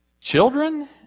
Children